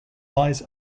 lies